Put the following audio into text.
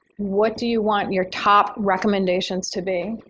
what do you want your top recommendations to be?